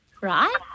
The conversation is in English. Right